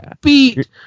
beat